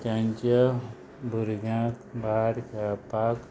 तेंच्या भुरग्यांक भायर खेळपाक